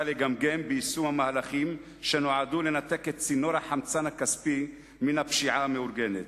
לגמגם ביישום המהלכים שנועדו לנתק את צינור הכספי מן הפשיעה המאורגנת.